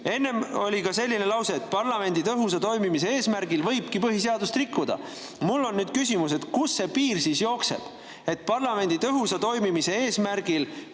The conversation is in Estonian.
oli siin ka selline lause, et parlamendi tõhusa toimimise eesmärgil võibki põhiseadust rikkuda. Mul on nüüd küsimus, et kust see piir siis jookseb, kui me parlamendi tõhusa toimimise eesmärgil